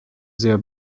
sehr